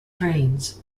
trains